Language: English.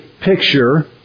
picture